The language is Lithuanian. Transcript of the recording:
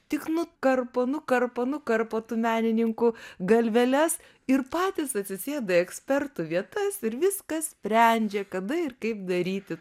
tik nukarpo nukarpo nukarpo tų menininkų galveles ir patys atsisėda į ekspertų vietas ir viską sprendžia kada ir kaip daryti